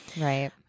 Right